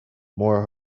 more